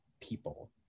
people